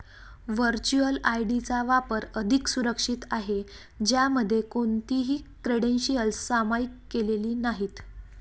virtual ID चा वापर अधिक सुरक्षित आहे, ज्यामध्ये कोणतीही क्रेडेन्शियल्स सामायिक केलेली नाहीत